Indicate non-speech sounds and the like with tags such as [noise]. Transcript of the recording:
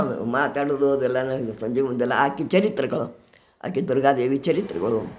ಮಾತಾಡುದು ಅದೆಲ್ಲಾನು [unintelligible] ಹಾಕಿ ಚರಿತ್ರೆಗಳು ಹಾಕೆ ದುರ್ಗಾ ದೇವಿ ಚರಿತ್ರೆಗಳು